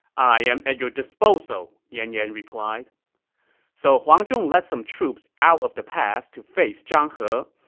i am at your disposal, yan yan replied so huang zhong led some troops out of the pass to face zhang he.